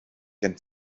gen